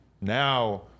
Now